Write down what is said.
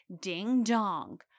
ding-dong